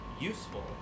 useful